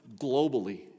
globally